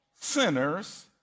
Sinners